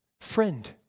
Friend